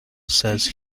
says